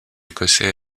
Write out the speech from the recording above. écossais